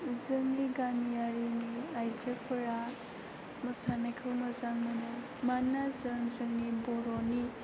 जोंनि गामियारिनि आइजोफोरा मोसानायखौ मोजां मोनो मानोना जों जोंनि बर'नि